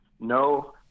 no